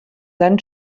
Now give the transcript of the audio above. then